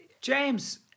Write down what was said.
James